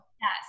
yes